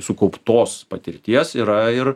sukauptos patirties yra ir